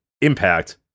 Impact